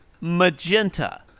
magenta